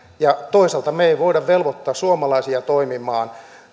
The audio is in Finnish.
toisaalta me emme voi velvoittaa suomalaisia toimimaan